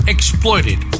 Exploited